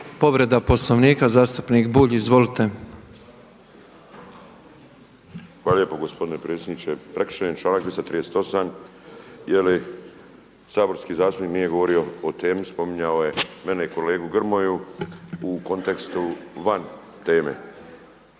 Povreda Poslovnika, zastupnik Bulj, izvolite. **Bulj, Miro (MOST)** Hvala lijepo gospodine predsjedniče. Prekršen je članak 238. jer saborski zastupnik nije govorio o temi, spominjao je mene i kolegu Grmoju u kontekstu van teme.